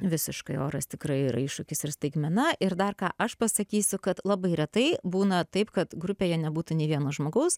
visiškai oras tikrai yra iššūkis ir staigmena ir dar ką aš pasakysiu kad labai retai būna taip kad grupėje nebūtų nei vieno žmogaus